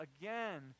again